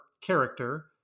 character